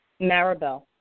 Maribel